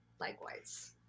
Likewise